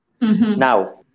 now